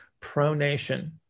pronation